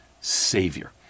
savior